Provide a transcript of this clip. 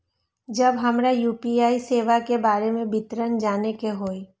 जब हमरा यू.पी.आई सेवा के बारे में विवरण जाने के हाय?